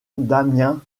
damien